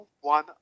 one